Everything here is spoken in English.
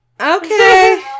Okay